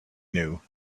knew